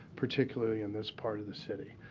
particularly, in this part of the city.